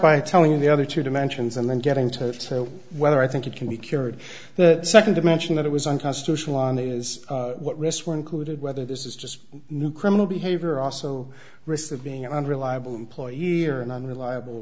by telling you the other two dimensions and then getting to so whether i think it can be cured the second dimension that it was unconstitutional on the is what risks were included whether this is just new criminal behavior also risks of being unreliable employee or an unreliable